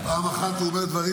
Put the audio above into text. פעם אחת הוא אומר דברים